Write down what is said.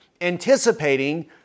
anticipating